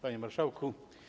Panie Marszałku!